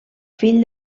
fill